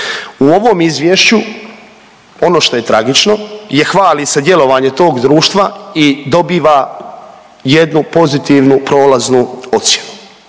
U ovom izvješću ono što je tragično je hvali se djelovanje tog društva i dobiva jednu pozitivnu prolaznu ocjenu.